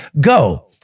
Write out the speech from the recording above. go